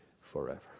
forever